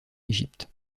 égypte